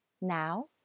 Now